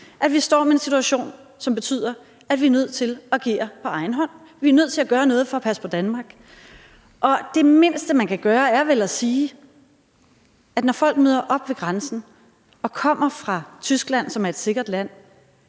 at vi står i en situation, som betyder, at vi er nødt til at agere på egen hånd. Vi er nødt til at gøre noget for at passe på Danmark. Og det mindste, man kan gøre, er vel at sige, at når folk møder op ved grænsen og kommer fra Tyskland, som er et sikkert land,